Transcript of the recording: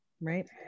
Right